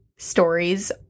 stories